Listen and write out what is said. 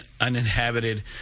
uninhabited